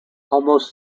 almost